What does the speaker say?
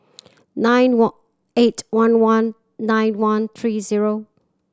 nine eight one one nine one three zero